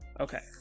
Okay